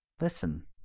listen